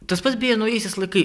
tas pats beje naujaisiais laikai